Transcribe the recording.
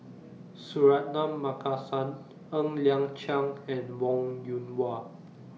Suratman Markasan Ng Liang Chiang and Wong Yoon Wah